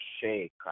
shake